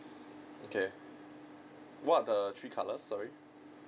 okay what are the three colours sorry